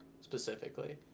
specifically